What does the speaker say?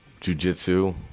jujitsu